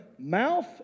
Mouth